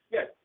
Yes